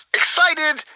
excited